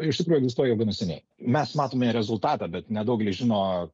iš tikrųjų egzistuoja jau gana seniai mes matome rezultatą bet nedaugelis žino